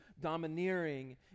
domineering